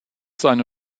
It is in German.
seine